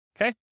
okay